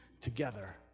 Together